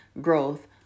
growth